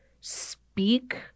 speak